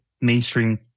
mainstream